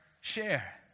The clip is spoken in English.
share